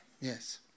Yes